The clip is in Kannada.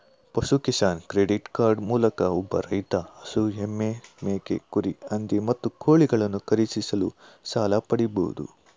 ಪಶು ಕಿಸಾನ್ ಕ್ರೆಡಿಟ್ ಕಾರ್ಡ್ ಮೂಲಕ ಒಬ್ಬ ರೈತ ಹಸು ಎಮ್ಮೆ ಮೇಕೆ ಕುರಿ ಹಂದಿ ಮತ್ತು ಕೋಳಿಗಳನ್ನು ಖರೀದಿಸಲು ಸಾಲ ಪಡಿಬೋದು